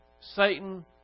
Satan